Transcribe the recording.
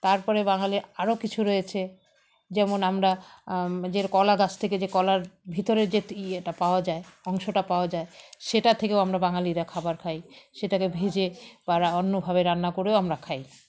তারপরে বাঙালির আরও কিছু রয়েছে যেমন আমরা যে কলা গাছ থেকে যে কলার ভিতরে যে ইয়েটা পাওয়া যায় অংশটা পাওয়া যায় সেটা থেকেও আমরা বাঙালিরা খাবার খাই সেটাকে ভেজে বা অন্যভাবে রান্না করেও আমরা খাই